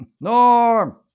norm